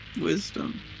Wisdom